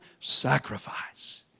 sacrifice